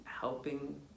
helping